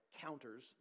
counters